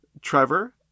Trevor